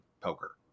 poker